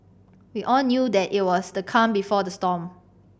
we all knew that it was the calm before the storm